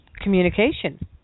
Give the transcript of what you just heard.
communication